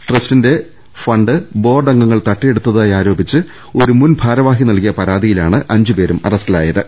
ട്രസ്റ്റിന്റെ ഫണ്ട് ബോർഡംഗങ്ങൾ തട്ടിയെടുത്തായി ആരോപിച്ച് ഒരു മുൻ ഭാരവാഹി നൽകിയ പരാതിയിലാണ് അഞ്ചുപേർ അറസ്റ്റിലായത്